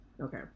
Okay